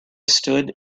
stood